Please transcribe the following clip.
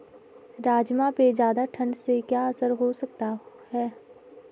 राजमा पे ज़्यादा ठण्ड से क्या असर हो सकता है?